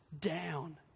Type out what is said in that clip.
down